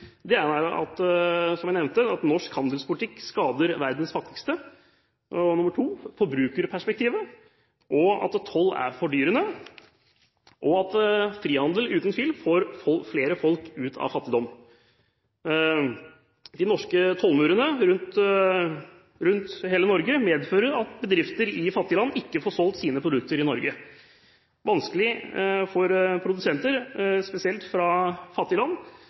Det ene er, som jeg nevnte, at norsk handelspolitikk skader verdens fattigste, det andre er forbrukerperspektivet, det tredje er at toll er fordyrende, og det fjerde at frihandel uten tvil får flere folk ut av fattigdom. De norske tollmurene rundt hele Norge medfører at bedrifter i fattige land ikke får solgt sine produkter i Norge. Det er vanskelig for produsenter, spesielt fra fattige land,